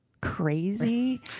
crazy